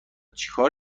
چیکار